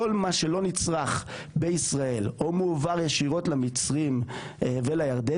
כל מה שלא נצרך בישראל או מועבר ישירות למצרים ולירדנים,